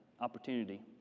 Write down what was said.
opportunity